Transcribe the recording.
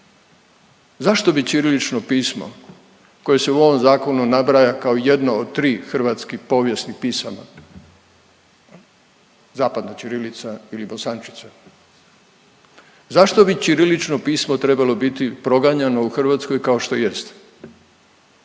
Zašto bi ćirilićno pismo koje se u ovom zakonu nabraja kao jedno od tri hrvatskih povijesnih pisama, zapadna ćirilica ili bosančica, zašto bi ćirilićno pismo trebalo biti proganjano u Hrvatskoj kao što jeste?